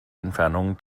entfernungen